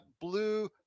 Blue